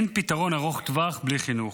אין פתרון ארוך טווח בלי חינוך.